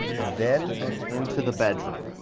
and then into the bedroom.